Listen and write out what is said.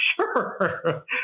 sure